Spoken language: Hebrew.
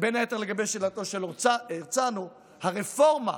לגבי שאלתו של הרצנו, הרפורמה,